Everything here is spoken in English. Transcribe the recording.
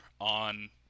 on